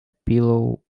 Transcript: pillow